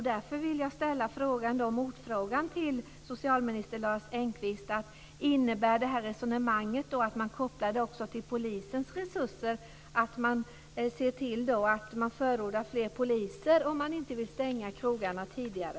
Därför vill jag ställa en motfråga till socialminister Lars Engqvist: Innebär det här resonemanget att man också kopplar detta till polisens resurser? Ser man till att man förordar fler poliser om man inte vill stänga krogarna tidigare?